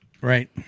Right